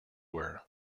were